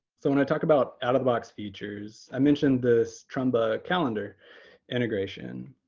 so when i talk about out of the box features, i mentioned this trumba calendar integration.